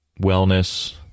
wellness